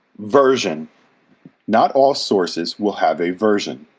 version not all sources will have a version,